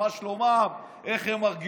ושואל אותם מה שלומם ואיך הם מרגישים,